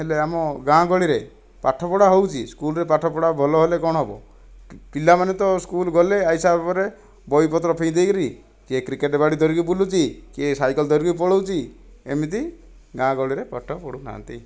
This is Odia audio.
ହେଲେ ଆମ ଗାଁ ଗହଳିରେ ପାଠପଢ଼ା ହେଉଛି ସ୍କୁଲରେ ପାଠପଢ଼ା ଭଲ ହେଲେ କ'ଣ ହେବ ପିଲାମାନେ ତ ସ୍କୁଲ ଗଲେ ତା ହିସାବରେ ବହିପତ୍ର ଫିଙ୍ଗି ଦେଇକରି କିଏ କ୍ରିକେଟ ବ୍ୟାଟ ଧରିକି ବୁଲୁଛି କିଏ ସାଇକେଲ ଧରିକି ପଳାଉଛି ଏମିତି ଗାଁ ଗହଳିରେ ପାଠ ପଢ଼ୁ ନାହାନ୍ତି